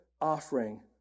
offering